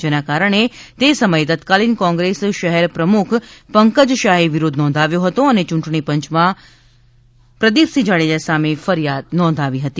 જેના કારણે તે સમયે તત્કાલીન કોંગ્રેસ શહેર પ્રમુખ પંકજ શાહે વિરોધ નોંધાવ્યો હતો અને યુંટણી પંચમાં સહિત પ્રદીપસિંહ જાડેજા સામે ફરિયાદ નોંધાવી હતી